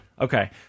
Okay